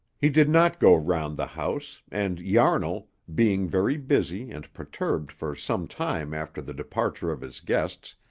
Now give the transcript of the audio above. he did not go round the house, and yarnall, being very busy and perturbed for some time after the departure of his guests,